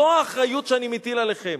זו האחריות שאני מטיל עליכם.